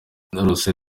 narose